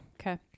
Okay